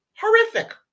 horrific